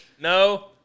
no